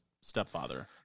stepfather